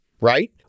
right